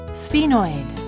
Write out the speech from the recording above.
sphenoid